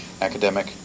academic